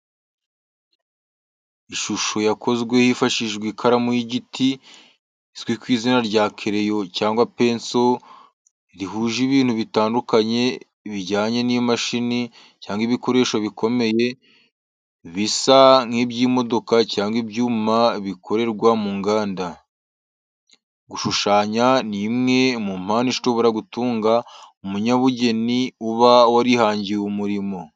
Ishusho yakozwe hifashishijwe ikaramu y’igiti izwi ku izina rya kereyo cyangwa penso rihuje ibintu bitandukanye bijyanye n’imashini cyangwa ibikoresho bikomeye, bisa n’iby’imodoka cyangwa ibyuma bikorerwa mu nganda. Gushushanya ni imwe mu mpano ishobora gutunga umunyabugeni uba warihangiye umurimo.